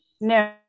No